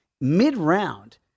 mid-round